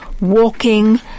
walking